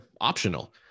optional